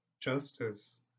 justice